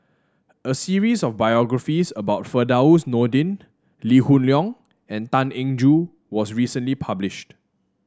a series of biographies about Firdaus Nordin Lee Hoon Leong and Tan Eng Joo was recently published